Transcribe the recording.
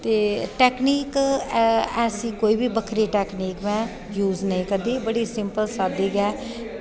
technique ऐसी कोई बी बक्खरी टेकनीक ऐ यूज़ निं करदी बड़ी सिंपल साद्दी ऐ